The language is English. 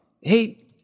hey